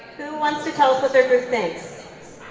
who wants to tell us what their group thinks?